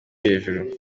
hejuru